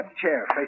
chair